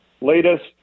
latest